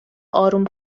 آروم